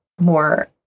more